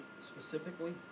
specifically